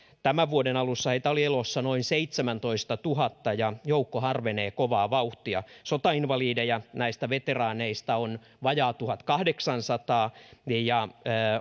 tämän vuoden alussa elossa noin seitsemäntoistatuhatta ja joukko harvenee kovaa vauhtia sotainvalideja näistä veteraaneista on vajaa tuhatkahdeksansataa ja